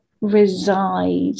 reside